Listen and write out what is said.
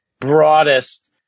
broadest